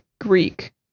Greek